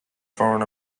foreign